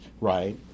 right